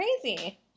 Crazy